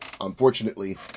unfortunately